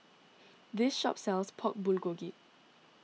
this shop sells Pork Bulgogi